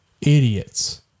idiots